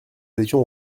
étions